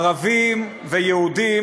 ערבים ויהודים,